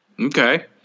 Okay